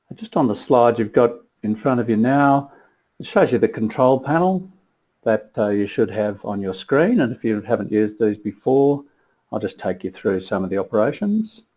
just on the slide you've got in front of you now, it shows you the control panel that ah you should have on your screen and if you haven't used those before i'll just take you through some of the operations.